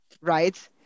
right